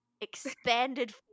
expanded